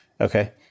Okay